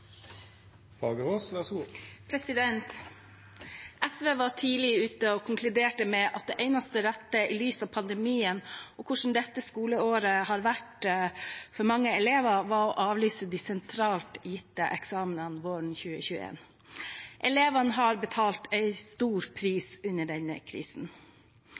SV var tidlig ute og konkluderte med at det eneste rette i lys av pandemien og hvordan dette skoleåret har vært for mange elever, var å avlyse de sentralt gitte eksamenene våren 2021. Elevene har betalt en stor pris under denne krisen.